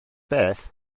beth